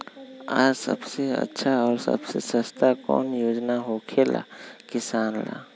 आ सबसे अच्छा और सबसे सस्ता कौन योजना होखेला किसान ला?